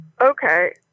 Okay